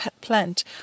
plant